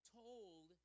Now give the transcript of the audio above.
told